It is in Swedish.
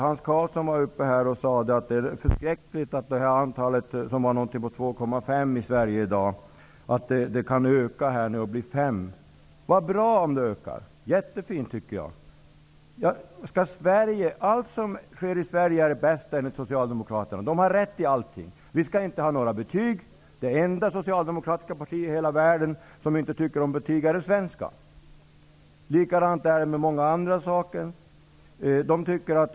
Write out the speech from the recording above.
Hans Karlsson sade att det är förskräckligt att genomsnittet 2,5 besök kan öka till 5. Det är bra om det ökar! Jag tycker att det är jättefint. Enligt Socialdemokraterna är allt som sker i Sverige bäst. De har rätt i allt. Det skall inte finnas några betyg. Det enda socialdemokratiska parti i världen som inte tycker om betyg är det svenska. Likadant är det med många andra saker. besök är bra.